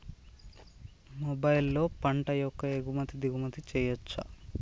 మొబైల్లో పంట యొక్క ఎగుమతి దిగుమతి చెయ్యచ్చా?